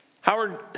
Howard